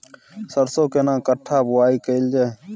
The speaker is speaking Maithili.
सरसो केना कट्ठा बुआई कैल जाय?